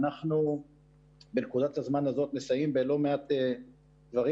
אנחנו בנקודת הזמן הזאת מסייעים בלא מעט דברים,